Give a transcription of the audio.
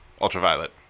Ultraviolet